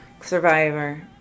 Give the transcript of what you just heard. Survivor